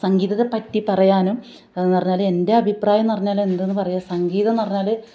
സംഗീതത്തെപ്പറ്റി പറയാനും എന്ന് പറഞ്ഞാല് എൻ്റെ അഭിപ്രായം എന്ന് പറഞ്ഞാല് എന്തെന്നാണ് പറയുക സംഗീതം എന്ന് പറഞ്ഞാല്